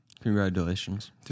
Congratulations